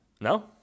No